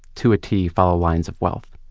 to a tee, follow lines of wealth.